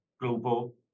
global